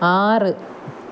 ആറ്